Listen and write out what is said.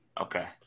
Okay